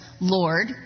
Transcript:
Lord